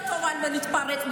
היא לא טובה בצעקות.